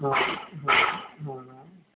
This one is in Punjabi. ਹਾਂ ਹਾਂ ਹਾਂ